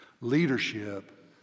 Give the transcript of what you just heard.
Leadership